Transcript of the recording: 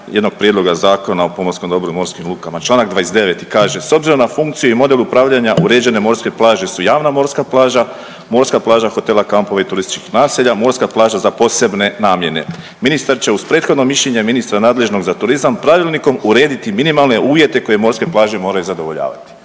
jednog prijedloga Zakona o pomorskom dobru i morskim lukama. Čl. 29. kaže, s obzirom na funkciju i model upravljanja uređene morske plaže su javna morska plaža, morska plaža hotela, kampova i turističkih naselja, morska plaža za posebne namjene. Ministar će uz prethodno mišljenje ministra nadležnog za turizam pravilnikom urediti minimalne uvjete koje morske plaže moraju zadovoljavati.